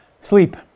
Sleep